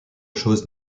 chose